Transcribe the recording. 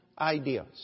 ideas